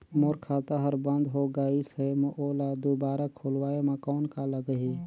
मोर खाता हर बंद हो गाईस है ओला दुबारा खोलवाय म कौन का लगही?